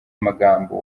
amagambo